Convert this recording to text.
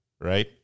right